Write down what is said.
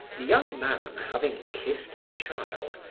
the young man, having kissed the child,